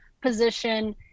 position